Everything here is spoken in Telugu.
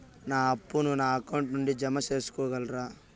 నా అప్పును నా అకౌంట్ నుండి జామ సేసుకోగలరా?